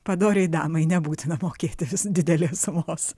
padoriai damai nebūtina mokėti vis didelės sumos